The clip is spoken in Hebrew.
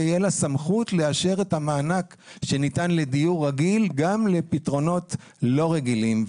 ותהיה לה סמכות לאשר את המענק שניתן לדיור רגיל גם לפתרונות לא רגילים.